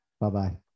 Bye-bye